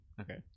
Okay